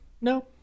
no